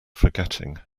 forgetting